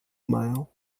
mile